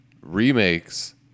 remakes